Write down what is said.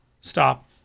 Stop